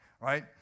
right